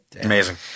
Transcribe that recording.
Amazing